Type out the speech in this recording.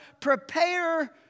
prepare